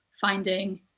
finding